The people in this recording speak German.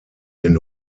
den